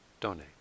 donate